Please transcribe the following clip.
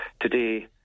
Today